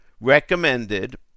recommended